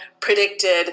predicted